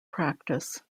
practice